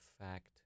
fact